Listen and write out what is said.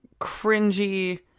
cringy